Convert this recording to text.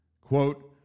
quote